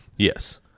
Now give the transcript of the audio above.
Yes